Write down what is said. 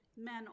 men